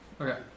Okay